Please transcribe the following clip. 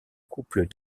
couple